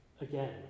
again